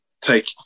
take